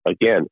Again